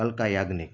Alka Yagnik